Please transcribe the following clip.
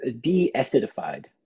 de-acidified